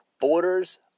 borders